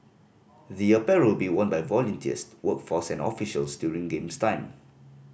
the apparel will be worn by volunteers workforce and officials during Games time